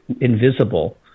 invisible